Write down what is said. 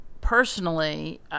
personally